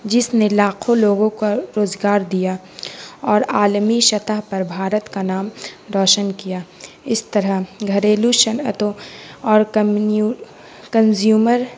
جس نے لاکھوں لوگوں کا روزگار دیا اور عالمی سطح پر بھارت کا نام روشن کیا اس طرح گھریلو صنعتوں اور کنزیومر